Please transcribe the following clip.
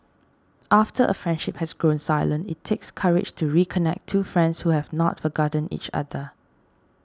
after a friendship has grown silent it takes courage to reconnect two friends who have not forgotten each other